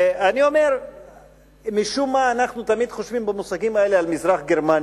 אני אומר שמשום מה אנחנו תמיד חושבים במושגים האלה על מזרח-גרמניה,